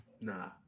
Nah